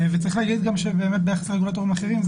צריך להגיד גם שביחס לרגולטורים אחרים,